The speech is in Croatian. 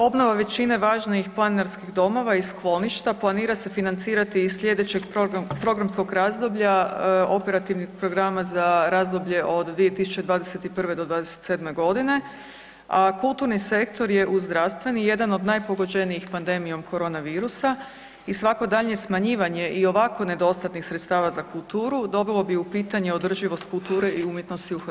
Obnova većine važnijih planinarskih domova i skloništa planira se financirati iz slijedećeg programskog razdoblja Operativnih programa za razdoblje od 2021.-'27.g. A kulturni sektor je uz zdravstveni jedan od najpogođenijih pandemijom korona virusa i svako daljnje smanjivanje i ovako nedostatnih sredstava za kulturu dovelo bi u pitanje održivost kulture i umjetnosti u Hrvatskoj.